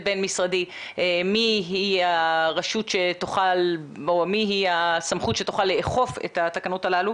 בין-משרדי מי היא הסמכות שתוכל לאכוף את התקנות הללו.